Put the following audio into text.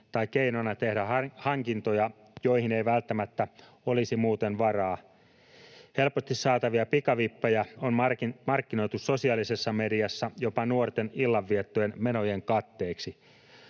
tai keinona tehdä hankintoja, joihin ei välttämättä olisi muuten varaa. Helposti saatavia pikavippejä on markkinoitu sosiaalisessa mediassa jopa nuorten illanviettomenojen katteeksi.